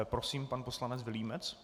Prosím, pan poslanec Vilímec.